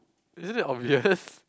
isn't it obvious